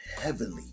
heavily